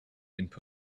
inputs